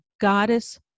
goddess